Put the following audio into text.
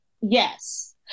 Yes